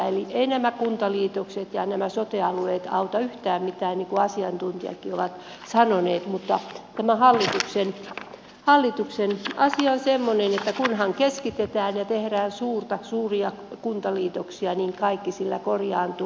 eli eivät nämä kuntaliitokset ja nämä sote alueet auta yhtään mitään niin kuin asiantuntijatkin ovat sanoneet mutta tämä hallituksen asia on semmoinen että kunhan keskitetään ja tehdään suuria kuntaliitoksia niin kaikki sillä korjaantuu